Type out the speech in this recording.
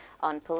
on